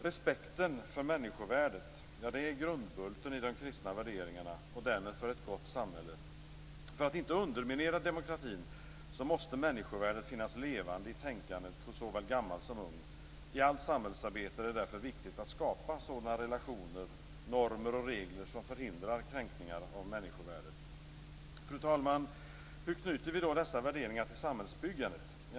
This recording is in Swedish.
Respekten för människovärdet är grundbulten i de kristna värderingarna och därmed för ett gott samhälle. För att inte underminera demokratin måste människovärdet finnas levande i tänkandet hos såväl gammal som ung. I allt samhällsarbete är det därför viktigt att skapa sådana relationer, normer och regler som förhindrar kränkningar av människovärdet. Fru talman! Hur knyter vi då dessa värderingar till samhällsbyggandet?